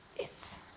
yes